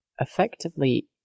effectively